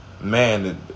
man